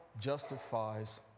justifies